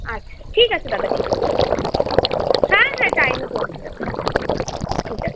আচ্ছা ঠিক আছে দাদা ঠিক আছে হ্যাঁ হ্যাঁ টাইমে পৌঁছে যাবে হ্যাঁ ঠিক আছে